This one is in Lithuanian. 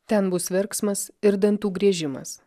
ten bus verksmas ir dantų griežimas